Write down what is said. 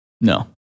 No